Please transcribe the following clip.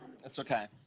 that's okay.